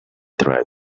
tried